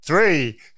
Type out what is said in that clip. Three